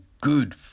good